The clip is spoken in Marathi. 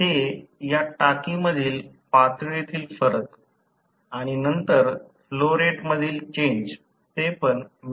ते या टाकीमधील पातळीतील फरक आणि नंतर फ्लो रेट मधील चेंज ते पण m3sec